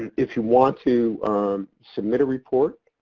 if you want to submit a report,